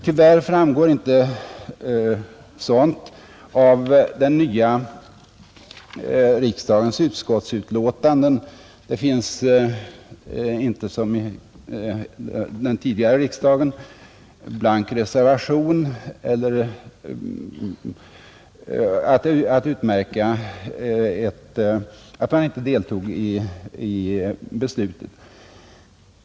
Tyvärr framgår inte sådana ställningstaganden av den nya riksdagens utskottsbetänkanden, Man kan inte nu som i den gamla riksdagen genom blank reservation utmärka att man inte deltog i beslutet.